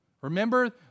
Remember